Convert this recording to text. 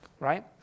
right